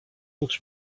books